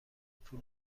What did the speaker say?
پول